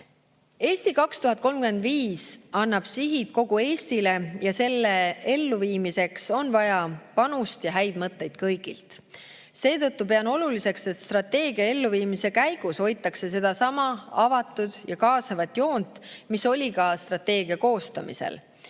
"Eesti 2035" annab sihi kogu Eestile ja selle elluviimiseks on vaja panust ja häid mõtteid kõigilt. Seetõttu pean oluliseks, et strateegia elluviimise käigus hoitakse sedasama avatud ja kaasavat joont, mis oli ka strateegia koostamisel.